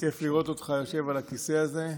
כיף לראות אותך יושב על הכיסא הזה.